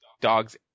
Dogs